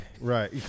right